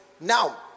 now